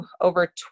over